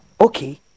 Okay